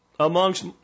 Amongst